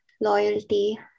loyalty